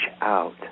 out